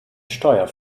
steuer